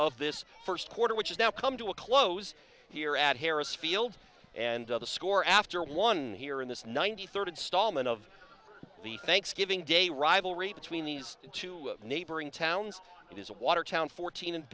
of this first quarter which has now come to a close here at harris field and other score after one here in this ninety third installment of the thanksgiving day rivalry between these two neighboring towns and his watertown fourteen